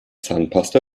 zahnpasta